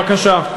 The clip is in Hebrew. בבקשה.